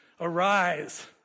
arise